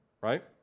Right